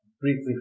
briefly